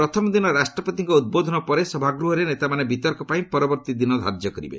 ପ୍ରଥମ ଦିନ ରାଷ୍ଟ୍ରପତିଙ୍କ ଉଦ୍ବୋଧନ ପରେ ସଭାଗୃହରେ ନେତାମାନେ ବିତର୍କ ପାଇଁ ପରବର୍ତ୍ତୀ ଦିନ ଧାର୍ଯ୍ୟ କରିବେ